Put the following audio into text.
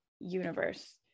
universe